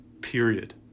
period